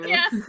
Yes